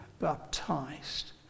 baptized